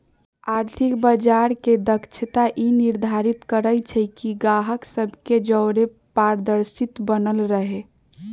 आर्थिक बजार के दक्षता ई निर्धारित करइ छइ कि गाहक सभ के जओरे पारदर्शिता बनल रहे